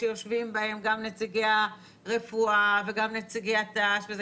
שיושבים בהם גם נציגי הרפואה וגם נציגי הת"ש וכו'.